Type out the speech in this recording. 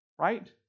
Right